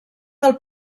del